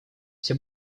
все